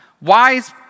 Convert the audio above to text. Wise